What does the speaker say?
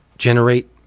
generate